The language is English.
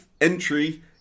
entry